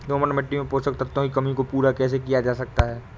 दोमट मिट्टी में पोषक तत्वों की कमी को पूरा कैसे किया जा सकता है?